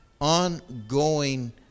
ongoing